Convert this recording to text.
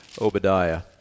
Obadiah